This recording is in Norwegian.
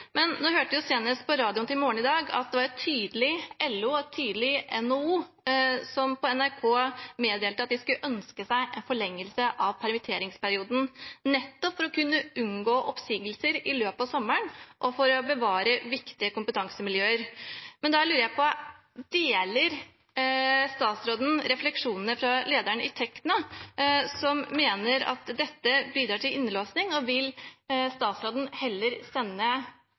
Nå hørte vi senest på NRK radio på morgenen i dag at et tydelig LO og et tydelig NHO meddelte at de ønsket seg en forlengelse av permitteringsperioden, nettopp for å kunne unngå oppsigelser i løpet av sommeren, og for å bevare viktige kompetansemiljøer. Da lurer jeg på: Deler statsråden refleksjonene fra lederen i Tekna, som mener at dette bidrar til innelåsing, eller vil statsråden heller sende